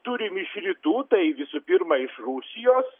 turim iš rytų tai visų pirma iš rusijos